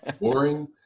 boring